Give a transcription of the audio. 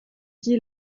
guy